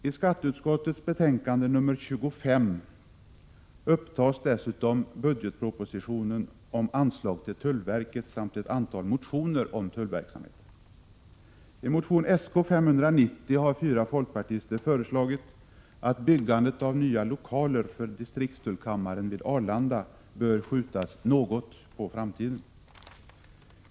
I skatteutskottets betänkande nr 25 upptas dessutom budgetpropositionen om anslag till tullverket samt ett antal motioner om tullverksamheten. I motion Sk590 har fyra folkpartister föreslagit att byggandet av nya lokaler för distriktstullkammaren vid Arlanda bör skjutas något på framtiden.